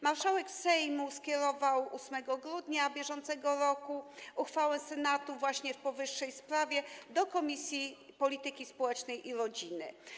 Marszałek Sejmu skierował 8 grudnia br. uchwałę Senatu w powyższej sprawie do Komisji Polityki Społecznej i Rodziny.